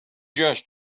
just